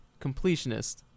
completionist